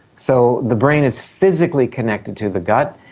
so the brain is physically connected to the gut,